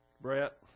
Brett